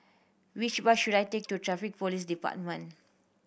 which bus should I take to Traffic Police Department